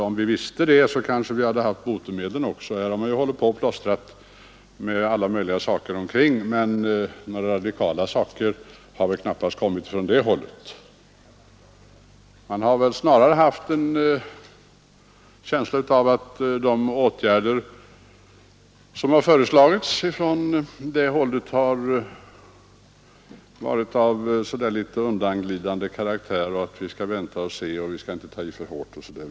Om vi visste det kanske vi hade haft botemedlen också. Här har man hållit på att plåstra med alla möjliga saker omkring problemet, men några radikala grepp har väl knappast kommit från regeringshåll. Man har väl snarare haft en känsla av att de åtgärder som har föreslagits från det hållet har varit av litet undanglidande karaktär — vi skall vänta och se, vi skall inte ta i för hårt osv.